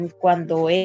cuando